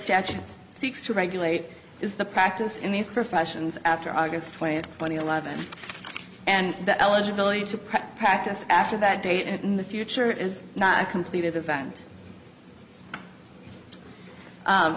statutes seeks to regulate is the practice in these professions after august twentieth twenty eleven and the eligibility to practice after that date in the future is not a complete event